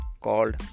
called